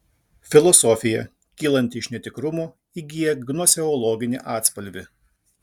filosofija kylanti iš netikrumo įgyja gnoseologinį atspalvį